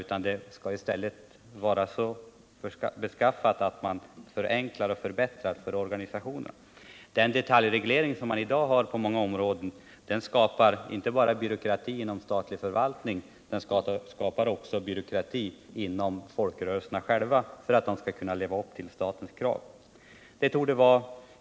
I stället bör man förenkla och förbättra för organisationerna. Dagens detaljreglering på många områden skapar inte bara byråkrati inom statlig förvaltning, utan den skapar också byråkrati inom folkrörelserna själva för att dessa skall kunna klara statens krav.